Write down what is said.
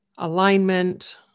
alignment